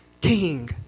King